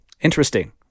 interesting